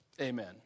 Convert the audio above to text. Amen